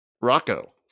Rocco